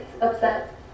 upset